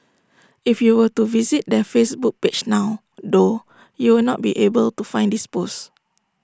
if you were to visit their Facebook page now though you will not be able to find this pose